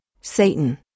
Satan